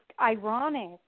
ironic